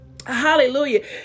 Hallelujah